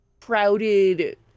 crowded